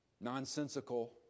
nonsensical